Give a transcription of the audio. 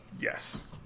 Yes